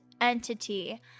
entity